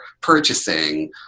purchasing